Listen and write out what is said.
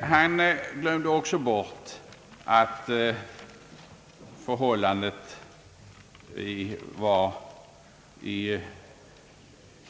Han glömde också bort att förhållandet